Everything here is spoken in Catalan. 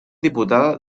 diputada